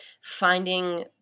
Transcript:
finding